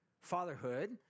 fatherhood